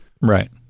right